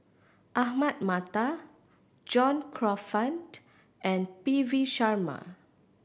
Ahmad Mattar John Crawfurd and P V Sharma